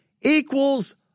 equals